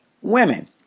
women